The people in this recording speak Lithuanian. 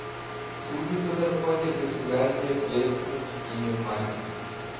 sūrį sutarkuoti ir suberti į atvėsusią cukinijų masę